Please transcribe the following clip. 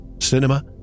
Cinema